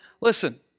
listen